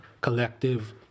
collective